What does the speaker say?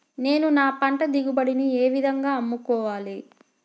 నేను నా పంట దిగుబడిని ఏ విధంగా అమ్ముకోవాలి?